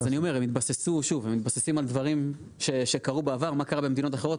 הם מתבססים על דברים שקרו בעבר ומה שקרה במדינות אחרות,